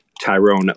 Tyrone